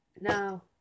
Now